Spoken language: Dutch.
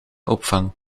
opvang